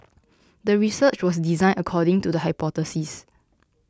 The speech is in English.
the research was designed according to the hypothesis